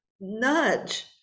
nudge